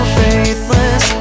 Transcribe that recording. faithless